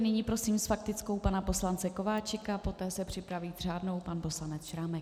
Nyní prosím s faktickou pana poslance Kováčika, poté se připraví s řádnou pan poslanec Šrámek.